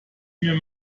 mir